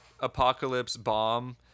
apocalypsebomb